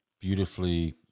beautifully